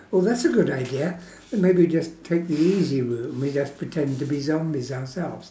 well that's a good idea maybe just take the easy route and we just pretend to be zombies ourselves